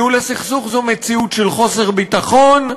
ניהול הסכסוך זה מציאות של חוסר ביטחון,